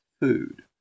food